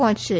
પહોંચશે